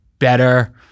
better